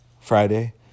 Friday